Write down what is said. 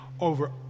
over